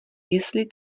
jestli